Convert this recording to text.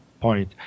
point